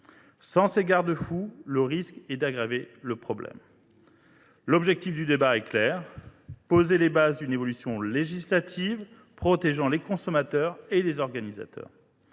Sans ces garde fous, on risque d’aggraver le problème. L’objectif du débat est clair : poser les bases d’une évolution législative protégeant les consommateurs et les organisateurs.